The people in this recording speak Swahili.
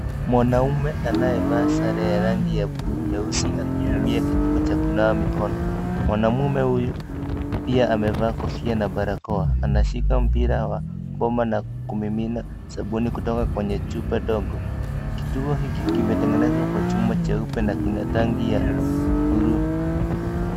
Mwanamme anayevaa sare ya rangi ya buluu nyeusi akitumia kituo cha kunawa mikono. Mwamume huyu pia amevaa kofia na barakoa. Anashika mpira wa kwamba na kumimina sabuni kutoka kwenye chupa ndogo. Kituo hiki kimetengenezwa kwa chuma cheupe na kina tangi ya buluu.